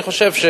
אני חושב,